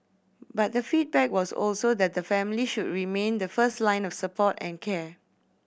but the feedback was also that the family should remain the first line of support and care